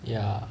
ya